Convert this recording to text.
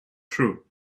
true